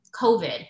COVID